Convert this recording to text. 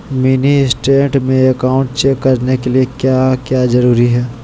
Mini state में account check करने के लिए क्या क्या जरूरी है?